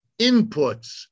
inputs